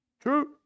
True